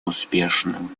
успешным